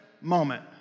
moment